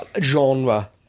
genre